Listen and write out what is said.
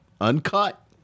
Uncut